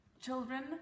Children